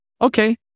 Okay